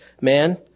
Man